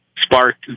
sparked